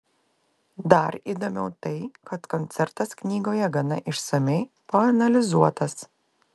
dar įdomiau tai kad koncertas knygoje gana išsamiai paanalizuotas